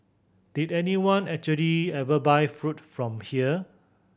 did anyone actually ever buy food from here